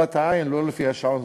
מבט עין, לא לפי השעון.